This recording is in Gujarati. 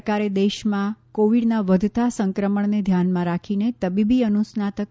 સરકારે દેશમાં કોવિડના વધતા સંક્રમણને ધ્યાનમાં રાખીને તબીબી અનુસ્તાનક